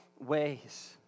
ways